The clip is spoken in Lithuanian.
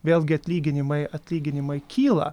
vėlgi atlyginimai atlyginimai kyla